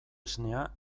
esnea